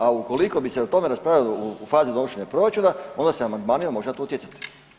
A ukoliko bi se o tome raspravljalo u fazi donošenja proračuna, onda se amandmanima može na to utjecati.